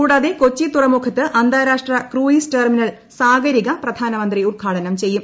കൂടാതെ കൊച്ചി തുറമുഖത്ത് അന്താരാഷ്ട്ര ക്രൂയിസ് ടെർമിനൽ സാഗരിക പ്രധാനമന്ത്രി ഉദ്ഘാടനം ചെയ്യും